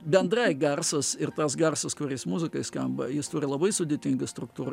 bendrai garsas ir tas garsas kuris muzikoj skamba jis turi labai sudėtingą struktūrą